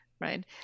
right